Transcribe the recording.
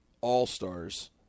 All-Stars